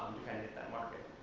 depending in that market.